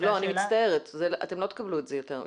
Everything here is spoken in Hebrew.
לא, אני מצטערת, אתם לא תקבלו יותר מזה.